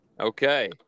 Okay